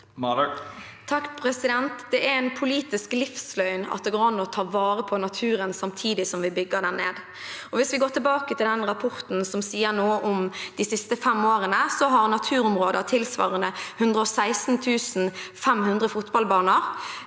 (R) Det er en politisk livsløgn at det går an å ta vare på naturen samtidig som vi bygger den ned. Hvis vi går tilbake til den rapporten som sier noe om de siste fem årene, har naturområder tilsvarende 116 500 fotballbaner